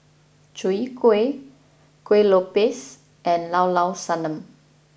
Chwee Kueh Kuih Lopes and Llao Llao Sanum